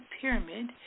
pyramid